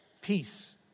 peace